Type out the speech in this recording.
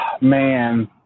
man